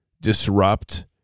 disrupt